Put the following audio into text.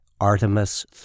Artemis